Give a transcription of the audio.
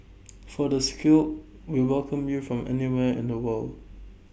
for the skill we welcome you from anywhere in the world